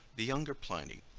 the younger pliny,